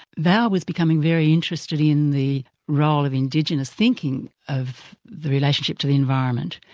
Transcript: val was becoming very interested in the role of indigenous thinking of the relationship to the environment,